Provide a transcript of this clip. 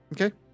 Okay